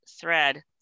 thread